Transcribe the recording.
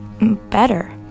better